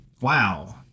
wow